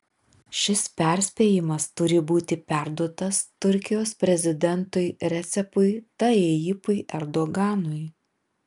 šis perspėjimas turi būti perduotas turkijos prezidentui recepui tayyipui erdoganui